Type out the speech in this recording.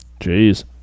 Jeez